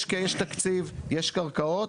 יש תקציב, יש קרקעות